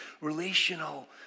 relational